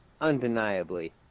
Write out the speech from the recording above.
undeniably